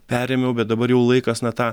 perėmiau bet dabar jau laikas na tą